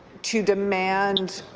to demand